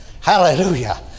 Hallelujah